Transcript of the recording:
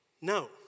No